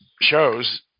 shows